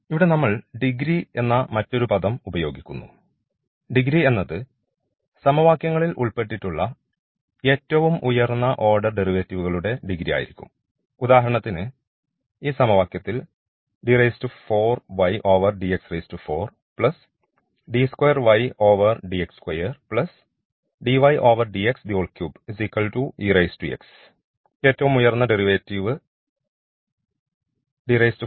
ഇവിടെ നമ്മൾ ഡിഗ്രി എന്ന മറ്റൊരു പദം ഉപയോഗിക്കുന്നു ഡിഗ്രി എന്നത് സമവാക്യങ്ങളിൽ ഉൾപ്പെട്ടിട്ടുള്ള ഏറ്റവും ഉയർന്ന ഓർഡർ ഡെറിവേറ്റീവുകളുടെ ഡിഗ്രി ആയിരിക്കും ഉദാഹരണത്തിന് ഈ സമവാക്യത്തിൽ ഏറ്റവും ഉയർന്ന ഡെറിവേറ്റീവ് ഇതാണ്